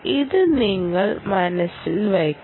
ഇത് നിങ്ങൾ മനസ്സിൽ വയ്ക്കണം